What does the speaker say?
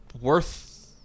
worth